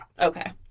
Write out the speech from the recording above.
Okay